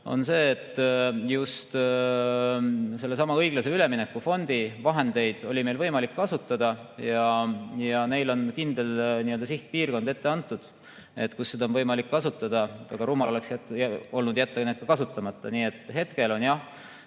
on see, et just sellesama õiglase ülemineku fondi vahendeid oli meil võimalik kasutada ja seal on kindel sihtpiirkond ette antud, kus seda on võimalik kasutada, nii et väga rumal oleks olnud jätta see raha kasutamata. Nii et hetkel on, jah,